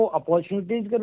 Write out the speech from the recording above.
opportunities